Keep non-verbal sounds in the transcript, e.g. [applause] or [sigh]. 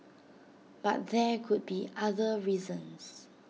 [noise] but there could be other reasons